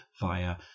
via